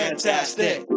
fantastic